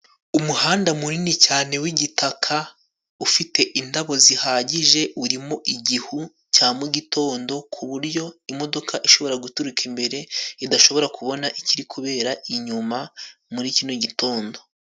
Umuhanda munini cyane w'igitaka, ufite indabo zihagije. Urimo igihu cya mugitondo kuburyo imodoka ishobora guturuka imbere idashobora kubona ikiri kubera inyuma muri kino gitondo.